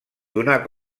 donar